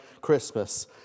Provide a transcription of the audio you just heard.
Christmas